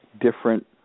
different